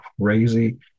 crazy